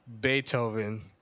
Beethoven